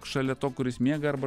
šalia to kuris miega arba